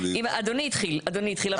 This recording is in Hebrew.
אדוני התחיל, אדוני התחיל.